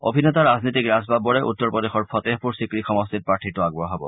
অভিনেতা ৰাজনীতিক ৰাজ বাবব্ৰাৰ উত্তৰপ্ৰদেশৰ ফটেহপুৰী ছিক্ৰি সমষ্টিত প্ৰাৰ্থিত্ব আগবঢ়াব